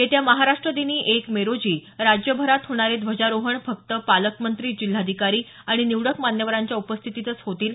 येत्या महाराष्ट्र दिनी एक मे रोजी राज्यभरात होणारे ध्वजारोहण फक्त पालकमंत्री जिल्हाधिकारी आणि निवडक मान्यवरांच्या उपस्थितीतच होईल